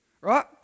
Right